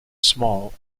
small